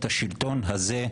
את השלטון הזה,